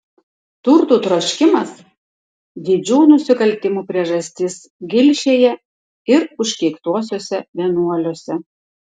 turtų troškimas didžių nusikaltimų priežastis gilšėje ir užkeiktuosiuose vienuoliuose